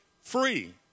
free